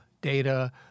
data